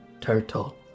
turtle